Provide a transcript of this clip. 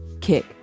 kick